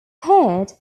feared